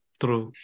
true